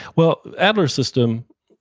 well, adler's system,